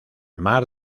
mar